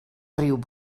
riu